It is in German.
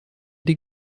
die